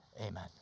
Amen